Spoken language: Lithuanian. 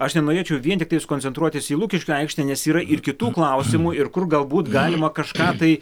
aš nenorėčiau vien tiktai koncentruotis į lukiškių aikštę nes yra ir kitų klausimų ir kur galbūt galima kažką tai